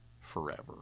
forever